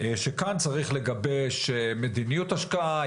שכאן צריך לגבש מדיניות השקעה,